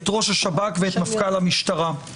את ראש השב"כ ואת מפכ"ל המשטרה.